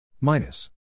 minus